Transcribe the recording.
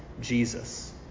Jesus